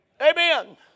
Amen